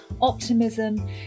optimism